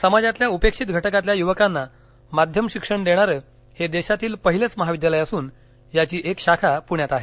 समाजातील उपेक्षित घटकातल्या युवकांना माध्यम शिक्षण देणारं हे देशातील पहिलंच महाविद्यालय असून याची एक शाखा पूण्यात आहे